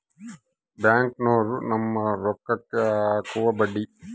ಬ್ಯಾಂಕ್ನೋರು ನಮ್ಮ್ ರೋಕಾಕ್ಕ ಅಕುವ ಬಡ್ಡಿ